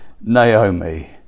Naomi